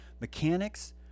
mechanics